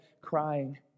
crying